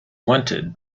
wanted